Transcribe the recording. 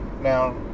Now